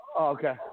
Okay